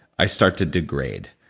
i start to degrade.